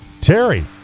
Terry